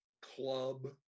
club